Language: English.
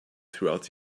throughout